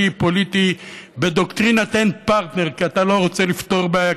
פוליטי בדוקטרינת אין פרטנר כי אתה לא רוצה לפתור בעיה,